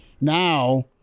Now